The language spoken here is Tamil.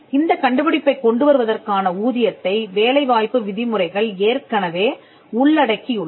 இந்தக் கண்டுபிடிப்பைக் கொண்டுவருவதற்கான ஊதியத்தை வேலைவாய்ப்பு விதிமுறைகள் ஏற்கனவே உள்ளடக்கியுள்ளன